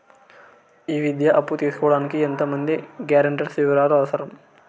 ఈ విద్యా అప్పు తీసుకోడానికి ఎంత మంది గ్యారంటర్స్ వివరాలు అవసరం?